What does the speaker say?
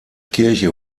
kirche